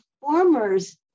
performer's